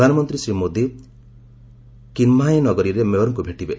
ପ୍ରଧାନମନ୍ତ୍ରୀ ଶ୍ରୀ ମୋଦି କିହ୍ଲାହେ ନଗରୀର ମେୟରଙ୍କୁ ଭେଟିବେ